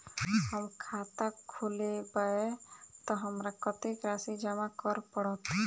हम खाता खोलेबै तऽ हमरा कत्तेक राशि जमा करऽ पड़त?